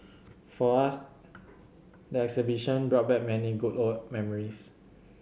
for us the exhibition brought back many good old memories